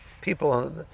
people